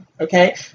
Okay